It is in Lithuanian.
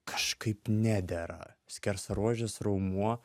kažkaip nedera skersaruožis raumuo